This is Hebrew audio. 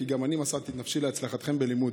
כי גם אני מסרתי את נפשי להצלחתכם בלימוד.